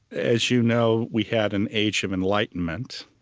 as you know, we had an age of enlightenment,